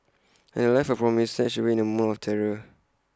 and A life of promise snatched away in A moment of terror